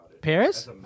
Paris